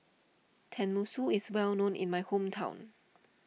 Tenmusu is well known in my hometown